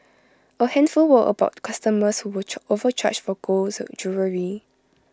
A handful were about customers who were overcharged for golds jewellery